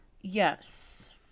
yes